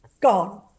gone